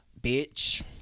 Bitch